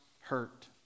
hurt